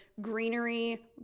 greenery